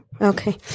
Okay